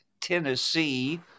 Tennessee